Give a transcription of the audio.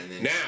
now